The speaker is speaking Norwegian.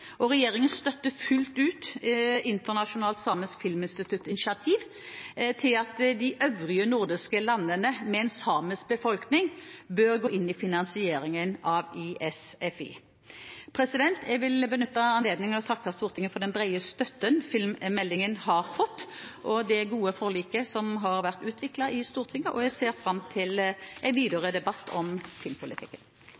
og regjeringen støtter fullt ut Internasjonalt Samisk Filminstitutts initiativ til at de øvrige nordiske landene med en samisk befolkning bør gå inn i finansieringen av ISFI. Jeg vil benytte anledningen til å takke Stortinget for den brede støtten som filmmeldingen har fått, og for det gode forliket som har blitt utviklet i Stortinget, og jeg ser fram til en videre debatt om filmpolitikken.